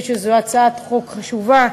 אני חושבת שזו הצעת חוק חשובה.